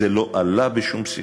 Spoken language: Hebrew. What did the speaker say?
זה לא עלה בשום שיחה.